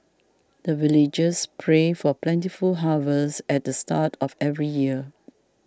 the villagers pray for plentiful harvest at the start of every year